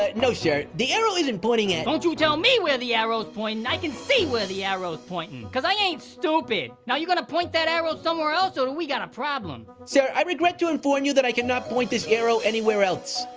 ah no, sir. the arrow isn't pointing at don't you tell me where the arrow's pointin', i can see where the arrow's pointin'. cause i ain't stupid, now you gonna point that arrow somewhere else, or do we got a problem? sir, i regret to inform you that i cannot point this arrow anywhere else.